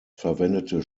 verwendete